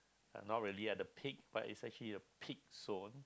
uh not really at the peak but it's actually a peak